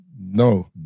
No